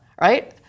right